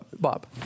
Bob